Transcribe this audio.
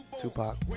Tupac